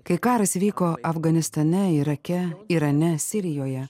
kai karas vyko afganistane irake irane sirijoje